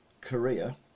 Korea